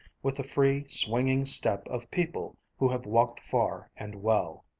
with the free, swinging step of people who have walked far and well.